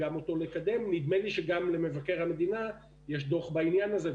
נדמה לי שגם למבקר המדינה יש דוח בעניין הזה,